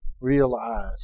realize